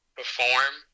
perform